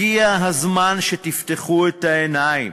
הגיע הזמן שתפקחו את העיניים,